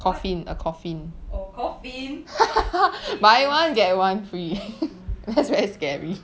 what oh coffin okay ya that's true that's true